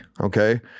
okay